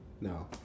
No